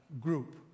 group